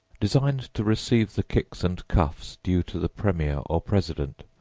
designed to receive the kicks and cuffs due to the premier or president.